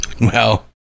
Well-